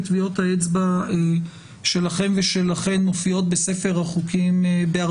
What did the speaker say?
וטביעות האצבע שלכם ושלכן מופיעות בהרבה